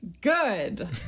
Good